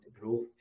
growth